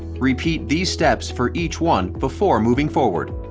repeat these steps for each one before moving forward.